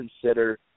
consider